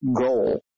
goal